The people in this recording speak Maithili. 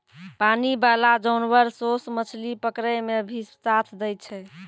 पानी बाला जानवर सोस मछली पकड़ै मे भी साथ दै छै